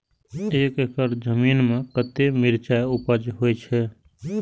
एक एकड़ जमीन में कतेक मिरचाय उपज होई छै?